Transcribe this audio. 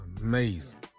amazing